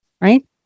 right